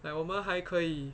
like 我们还可以